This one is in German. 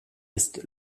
ist